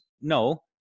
No